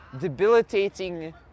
debilitating